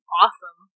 awesome